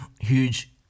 huge